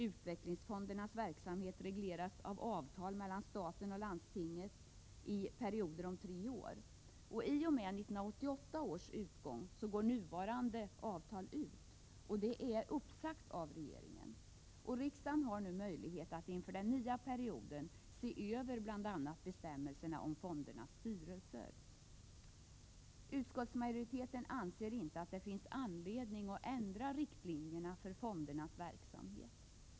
Utvecklingsfondernas verksamhet regleras i avtal mellan staten och landstinget som träffas för perioder om tre år. I och med 1988 års utgång går nuvarande avtal ut, och det är uppsagt av regeringen. Riksdagen har nu möjlighet att inför den nya perioden se över bl.a. bestämmelserna om fondernas styrelser. Utskottsmajoriteten anser att det inte finns någon anledning att ändra riktlinjerna för fondernas verksamhet.